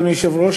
אדוני היושב-ראש,